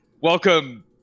welcome